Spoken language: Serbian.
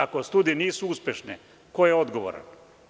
Ako studije nisu uspešne ko je odgovoran?